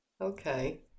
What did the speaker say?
Okay